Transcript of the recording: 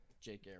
Jake